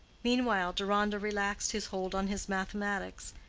meanwhile deronda relaxed his hold on his mathematics,